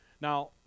Now